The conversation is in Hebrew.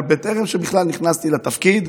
עוד בטרם בכלל נכנסתי לתפקיד,